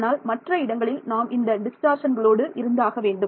ஆனால் மற்ற இடங்களில் நாம் இந்த டிஸ்டார்ஷன்களோடு இருந்தாக வேண்டும்